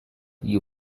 you